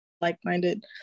like-minded